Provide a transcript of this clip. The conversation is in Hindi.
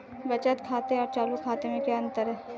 बचत खाते और चालू खाते में क्या अंतर है?